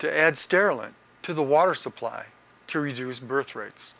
to add sterling to the water supply to reduce birth rates